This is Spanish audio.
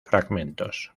fragmentos